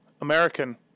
American